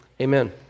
amen